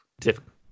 difficult